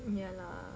ya lah